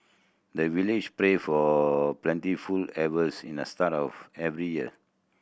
the village pray for plentiful harvest in the start of every year